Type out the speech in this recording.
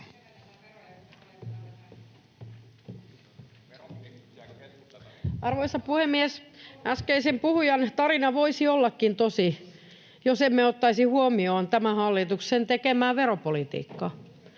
Arvoisa puhemies! Äskeisen puhujan tarina voisi ollakin tosi, jos emme ottaisi huomioon tämän hallituksen tekemää veropolitiikkaa.